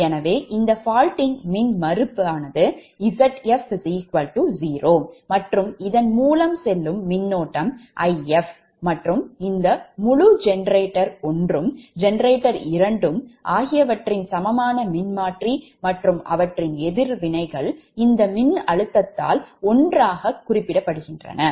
எனவே இந்த fault யின் மின்மறுப்பு Zf 0 மற்றும் இதன் மூலம் செல்லும் மின்னோட்டம் If மற்றும் இந்த முழு ஜெனரேட்டர் 1 ஜெனரேட்டர் 2 அவற்றின் சமமான மின்மாற்றி மற்றும் அவற்றின் எதிர்வினைகள் இந்த மின்னழுத்தத்தால் ஒன்றாக குறிப்பிடப்படுகின்றன